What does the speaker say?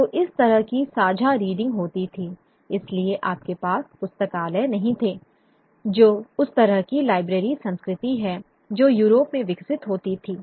तो इस तरह की साझा रीडिंग होती थी इसलिए आपके पास पुस्तकालय नहीं थे जो उस तरह की लाइब्रेरी संस्कृति है जो यूरोप में विकसित होती थी